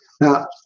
Now